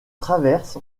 traverse